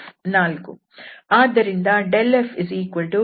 ಆದ್ದರಿಂದ ∇f2i3j4k